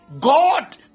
God